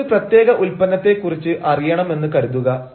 നിങ്ങൾക്ക് ഒരു പ്രത്യേക ഉൽപ്പന്നത്തെ കുറിച്ച് അറിയണം എന്ന് കരുതുക